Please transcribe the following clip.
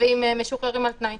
ועם משוחררים על תנאי